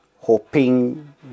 Hoping